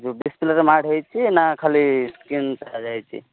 ଯେଉଁ ଡିସପ୍ଲେରେ ମାଡ଼ ହେଇଛି ନା ଖାଲି ସ୍କ୍ରିନଟା ଯାଇଛି